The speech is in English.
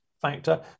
factor